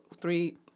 three